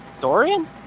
Dorian